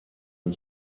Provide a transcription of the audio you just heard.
and